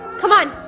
come on!